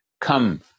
come